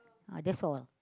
uh that's all